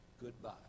Goodbye